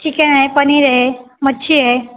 chicken आहे पनीर आहे मच्छी आहे